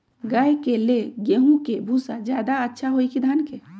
गाय के ले गेंहू के भूसा ज्यादा अच्छा होई की धान के?